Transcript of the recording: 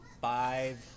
Five